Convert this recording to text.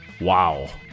Wow